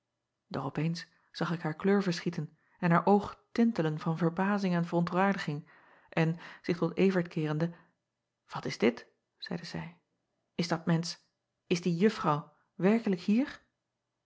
op eens zag ik haar kleur verschieten en haar oog tintelen van verbazing en verontwaardiging en zich tot vert keerende wat is dit zeide zij is dat mensch is die uffrouw werkelijk hier